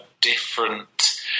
different